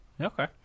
Okay